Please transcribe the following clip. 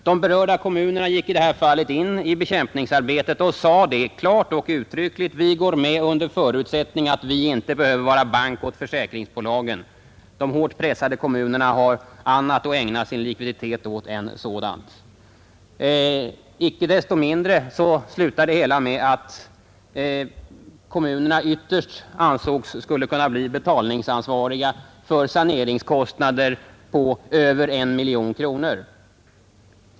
De berörda kommunerna gick i detta fall in i bekämpningsarbetet och sade klart och uttryckligt: Vi går med under förutsättning att vi inte behöver vara ”bank” åt försäkringsbolagen. De ekonomiskt hårt pressade kommunerna har annat att utnyttja sin likviditet för än sådant. Icke desto mindre slutade det hela med att kommunerna ytterst ansågs kunna bli betalningsansvariga för saneringskostnader på över en miljon kronor.